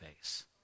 face